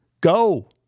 go